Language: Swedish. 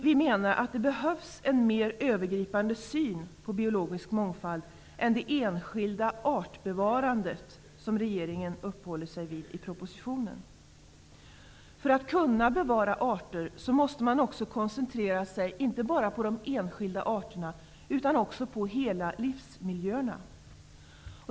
Vi menar att det behövs en mer övergripande syn på biologisk mångfald än det enskilda artbevarandet, som regeringen uppehåller sig vid i propositionen. För att kunna bevara arter måste man koncentrera sig inte bara på de enskilda arterna utan också på de hela livsmiljöerna.